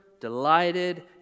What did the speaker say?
delighted